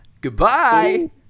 Goodbye